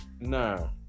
No